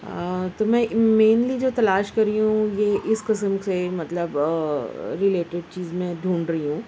تو میں مینلی جو تلاش کر رہی ہوں یہ اس قسم سے مطلب رلیٹیڈ چیز میں ڈھونڈ رہی ہوں